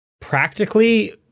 practically